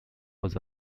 was